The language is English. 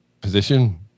position